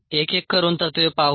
एक एक करून तत्त्वे पाहू